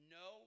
no